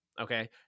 okay